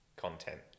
content